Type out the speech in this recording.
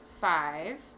five